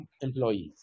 employees